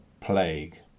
plague